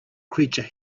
creature